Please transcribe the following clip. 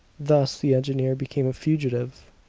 thus the engineer became a fugitive.